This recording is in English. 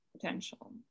potential